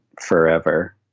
forever